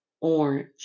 orange